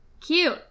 cute